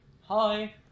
Hi